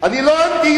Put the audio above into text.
אני לא אנטי-ישראלי.